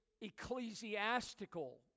ecclesiastical